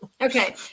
Okay